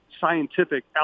scientific